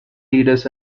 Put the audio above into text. leaders